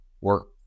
work